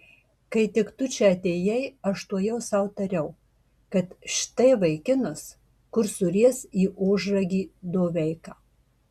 kai tik tu čia atėjai aš tuojau sau tariau kad štai vaikinas kurs suries į ožragį doveiką